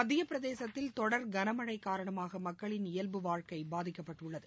மத்தியப்பிரதேசத்தில் தொடர் கனமழை காரணமாக மக்களின் இயல்பு வாழ்க்கை பாதிக்கப்பட்டுள்ளது